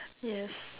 yes